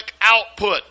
output